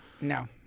No